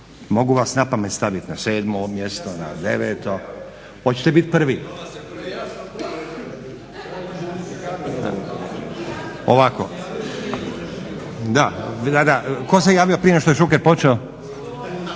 mogu vas napamet staviti na sedmo mjesto, deveto, hoćete biti prvi? Ovako, tko se javio prije nego što je Šuker počeo?